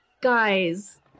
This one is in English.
guys